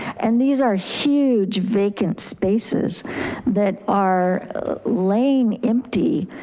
and these are huge vacant spaces that are laying empty,